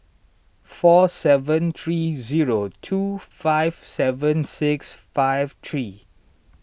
four seven three zero two five seven six five three